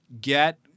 get